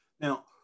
Now